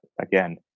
again